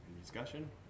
discussion